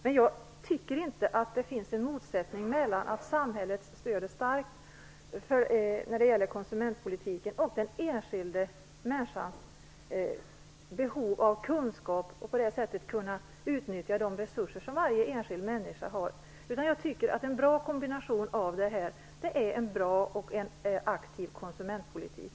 Men jag tycker inte att det finns en motsättning mellan att samhällets stöd är starkt när det gäller konsumentpolitiken och den enskilda människans behov av kunskap, så att hon på det sättet kan utnyttja de resurser som varje enskild människa har. Jag tycker att en bra kombination av dessa är en bra och aktiv konsumentpolitik.